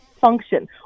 function